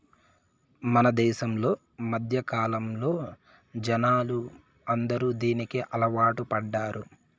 మన దేశంలో మధ్యకాలంలో జనాలు అందరూ దీనికి అలవాటు పడ్డారు